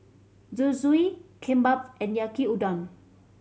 Zosui Kimbap and Yaki Udon